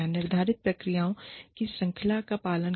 निर्धारित प्रक्रियाओं की श्रृंखला का पालन करें